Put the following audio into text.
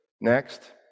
Next